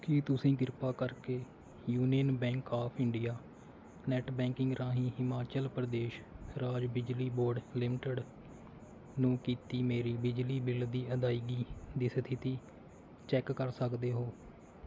ਕੀ ਤੁਸੀਂ ਕਿਰਪਾ ਕਰਕੇ union bank of India net banking ਰਾਹੀਂ ਹਿਮਾਚਲ ਪ੍ਰਦੇਸ਼ ਰਾਜ ਬਿਜਲੀ ਬੋਰਡ ਲਿਮਟਿਡ ਨੂੰ ਕੀਤੀ ਮੇਰੀ ਬਿਜਲੀ ਬਿੱਲ ਦੀ ਅਦਾਇਗੀ ਦੀ ਸਥਿਤੀ ਚੈਕ ਕਰ ਸਕਦੇ ਹੋ